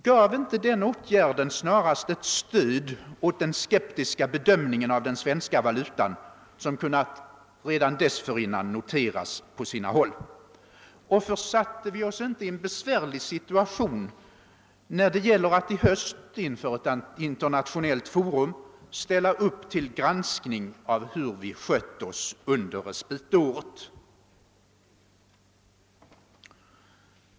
Gav inte den åtgärden snarast ett stöd åt den skeptiska bedömning av den svenska valutan som redan dessförinnan kunnat konstateras? Försatte vi oss inte i en besvärlig situation när det gäller att i höst inför internationellt forum ställa upp till granskning av hur vi skött oss under respitåret?